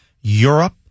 europe